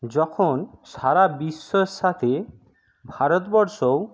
যখন সারা বিশ্বর সাথে ভারতবর্ষ